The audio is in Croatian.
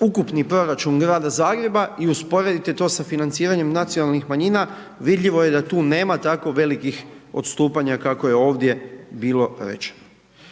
ukupni proračun Grada Zagreba i usporedite to sa financiranjem nacionalnih manjina, vidljivo je da tu nema tako velikih odstupanja kako je ovdje bilo rečeno.